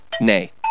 Nay